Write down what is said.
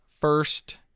first